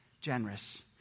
generous